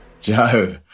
Joe